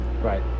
Right